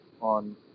on